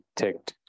ticked